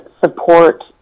support